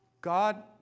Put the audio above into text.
God